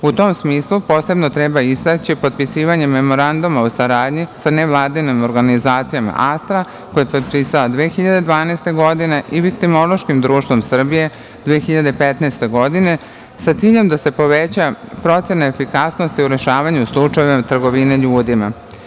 U tom smislu, posebno treba istaći potpisivanje Memoranduma o saradnji sa nevladinom organizacijom "Astra", koji je potpisala 2012. godine i Viktimološkim društvom Srbije 2015. godine, sa ciljem da se poveća procena efikasnosti u rešavanju slučajeva trgovine ljudima.